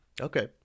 Okay